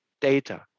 data